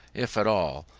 if at all,